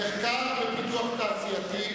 זה מחקר ופיתוח תעשייתי.